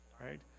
right